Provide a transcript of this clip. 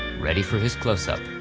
ready for his close-up.